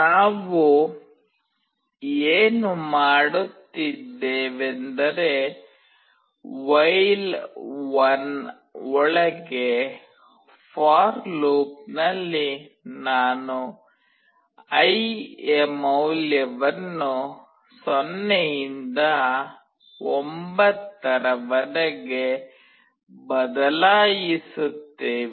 ನಾವು ಏನು ಮಾಡುತ್ತಿದ್ದೇವೆಂದರೆ while ಒಳಗೆ ಫಾರ್ ಲೂಪ್ನಲ್ಲಿ ನಾನು i ಯ ಮೌಲ್ಯವನ್ನು 0 ರಿಂದ 9 ರವರೆಗೆ ಬದಲಾಯಿಸುತ್ತೇವೆ